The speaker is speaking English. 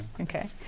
Okay